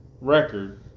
record